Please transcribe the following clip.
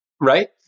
right